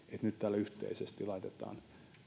nyt täällä yhteisesti